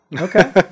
okay